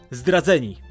zdradzeni